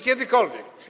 Kiedykolwiek?